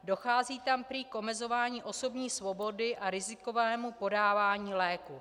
Dochází tam prý k omezování osobní svobody a rizikovému podávání léků.